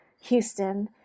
Houston